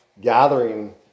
gathering